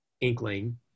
inkling